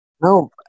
No